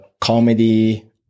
comedy